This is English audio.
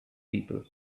people